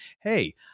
hey